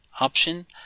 option